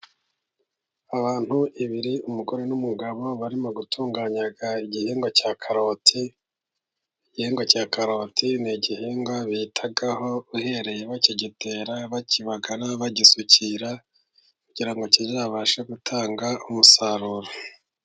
Abantu ibiri umugore n'umugabo barimo gutunganyag igihingwa cya karoti, igihingwa cya karoti ni igihingwa bitaho uhereye bakigitera, bakibagara, bagisukira kugira ngo kizabashe gutanga umusaruro.